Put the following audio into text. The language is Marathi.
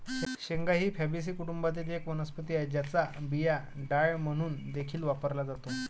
शेंगा ही फॅबीसी कुटुंबातील एक वनस्पती आहे, ज्याचा बिया डाळ म्हणून देखील वापरला जातो